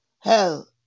Hell